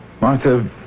Martha